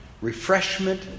refreshment